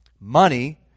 Money